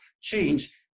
change